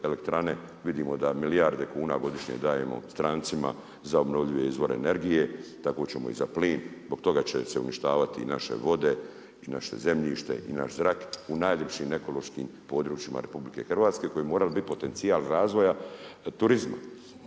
vjetroelektrane vidimo da milijarde kuna godišnje dajemo strancima za obnovljive izvore energije, tako ćemo i za plan, zbog toga će se uništavati i naše vode i naše zemljište i naš zrak u najljepšim ekološkim područjima RH koje bi morale biti potencijal razvoja turizma,